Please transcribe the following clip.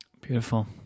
Beautiful